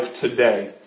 today